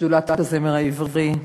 שדולת הזמר העברי.